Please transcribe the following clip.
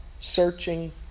searching